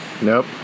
Nope